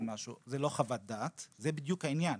זה לא חוות דעת, זה בדיוק העניין.